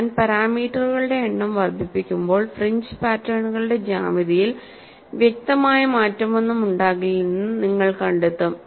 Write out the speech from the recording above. ഞാൻ പാരാമീറ്ററുകളുടെ എണ്ണം വർദ്ധിപ്പിക്കുമ്പോൾ ഫ്രിഞ്ച് പാറ്റേണുകളുടെ ജ്യാമിതിയിൽ വ്യക്തമായ മാറ്റമൊന്നും ഉണ്ടാകില്ലെന്ന് നിങ്ങൾ കണ്ടെത്തും